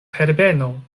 herbeno